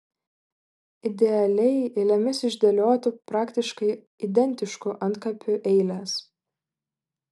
idealiai eilėmis išdėliotų praktiškai identiškų antkapių eilės